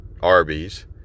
Arby's